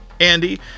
Andy